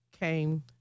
came